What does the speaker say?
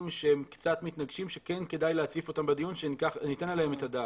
שהם קצת מתנגשים וכן כדאי להציף אותם בדיון שניתן עליהם את הדעת.